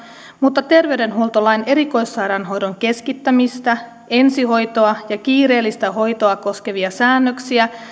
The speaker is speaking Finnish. mutta terveydenhuoltolain erikoissairaanhoidon keskittämistä ensihoitoa ja kiireellistä hoitoa koskevia säännöksiä